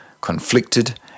conflicted